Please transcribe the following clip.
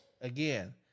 Again